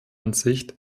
ansicht